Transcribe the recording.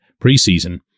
preseason